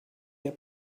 your